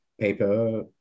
paper